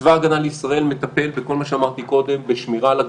צבא הגנה לישראל מטפל בכל מה שאמרתי קודם בשמירה על הגבולות,